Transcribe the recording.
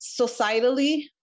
societally